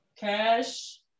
Cash